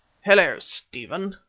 hullo, stephen,